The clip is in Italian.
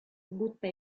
butta